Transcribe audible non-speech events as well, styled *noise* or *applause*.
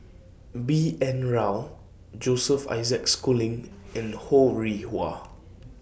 B N Rao Joseph Isaac Schooling *noise* and Ho Rih Hwa